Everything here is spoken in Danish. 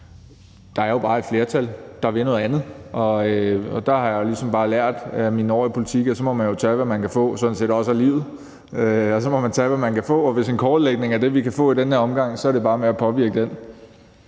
Der er jo bare et flertal, der vil noget andet, og der har jeg ligesom bare lært af mine år i politik og sådan set også af livet, at så må man tage, hvad man kan få. Hvis en kortlægning er det, vi kan få i den her omgang, er det bare med at påvirke den.